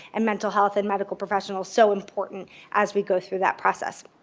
and mental health, and medical professionals so important as we go through that process?